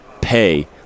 pay